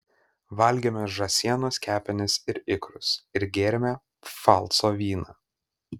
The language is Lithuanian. valgėme žąsienos kepenis ir ikrus ir gėrėme pfalco vyną